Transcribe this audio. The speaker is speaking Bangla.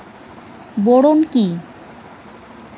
বোরন কি?